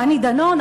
דני דנון,